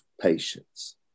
patience